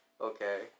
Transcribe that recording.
okay